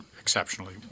exceptionally